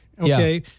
okay